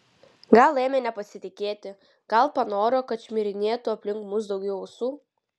gal ėmė nepasitikėti gal panoro kad šmirinėtų aplink mus daugiau ausų